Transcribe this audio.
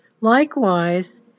Likewise